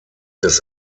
des